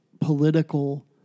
political